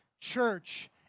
church